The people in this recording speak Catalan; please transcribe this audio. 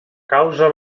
causa